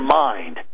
mind